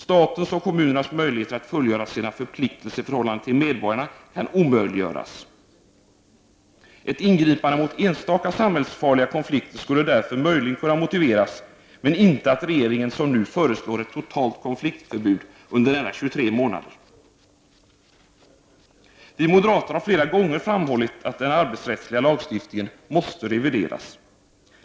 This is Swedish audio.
Statens och kommunernas möjligheter att fullgöra sina förpliktelser i förhållande till medborgarna kan omöjliggöras. Ett ingripande mot enstaka samhällsfarliga konflikter skulle därför möjligen kunna motiveras, men inte — som regeringen nu föreslår — ett totalt konfliktförbud under nära 23 månader. Vi moderater har flera gånger framhållit att den arbetsrättsliga lagstiftningen måste revideras.